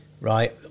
right